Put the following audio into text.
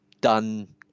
done